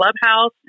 Clubhouse